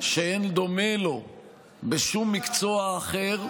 שאין דומה לו בשום מקצוע אחר.